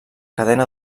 cadena